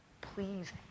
Please